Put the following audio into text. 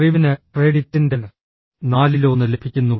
അറിവിന് ക്രെഡിറ്റിന്റെ നാലിലൊന്ന് ലഭിക്കുന്നു